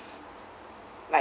like